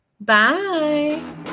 Bye